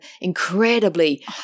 incredibly